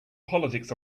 politics